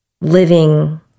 living